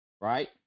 right